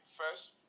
first